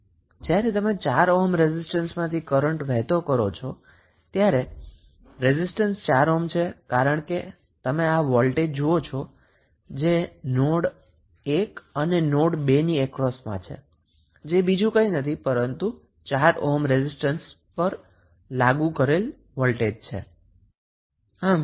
જ્યારે તમે 4 ઓહ્મ રેઝિસ્ટન્સમાંથી કરન્ટ વહેતો કરો છો ત્યારે રેઝિટન્સ 4 ઓહ્મ છે કારણ કે તમે આ વોલ્ટેજ જુઓ છો જે નોડ 1 અને નોડ 2 ની અક્રોસમાં છે જે બીજું કંઈ નથી પરંતુ 4 ઓહ્મ રેઝિસ્ટન્સ પર લાગુ કરેલ વોલ્ટેજ છે